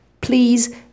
please